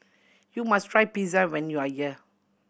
you must try Pizza when you are here